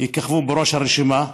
יככבו בראש הרשימה,